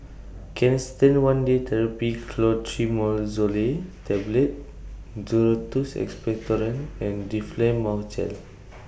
Canesten one Day Therapy Clotrimazole Tablet Duro Tuss Expectorant and Difflam Mouth Gel